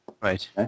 Right